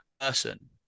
person